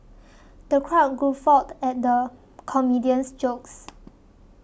the crowd guffawed at the comedian's jokes